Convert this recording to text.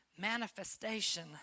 manifestation